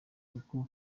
kuko